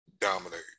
dominate